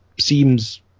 seems